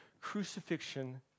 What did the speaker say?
crucifixion